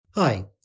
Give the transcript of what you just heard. Hi